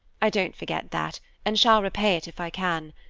i don't forget that and shall repay it if i can.